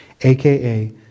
aka